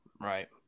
Right